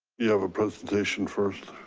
you have a presentation first?